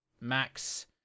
Max